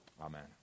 amen